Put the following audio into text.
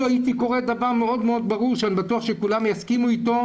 הייתי קורא לדבר מאוד ברור שאני בטוח שכולם יסכימו איתו,